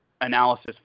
analysis